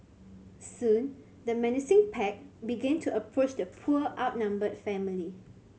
soon the menacing pack began to approach the poor outnumbered family